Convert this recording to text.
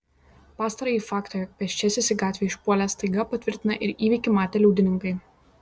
pastarąjį faktą jog pėsčiasis į gatvę išpuolė staiga patvirtina ir įvykį matę liudininkai